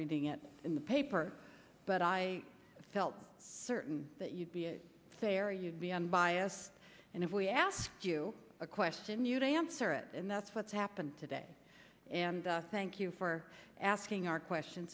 reading it paper but i felt certain that you'd be fair you'd be unbiased and if we asked you a question you'd answer it and that's what's happened today and thank you for asking our question